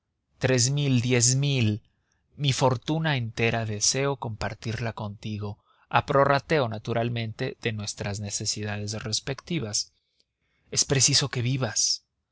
tres mil diez mil mi fortuna entera deseo compartirla contigo a prorrateo naturalmente de nuestras necesidades respectivas es preciso que vivas